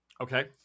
Okay